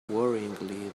worryingly